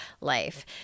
life